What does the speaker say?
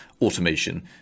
automation